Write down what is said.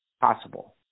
possible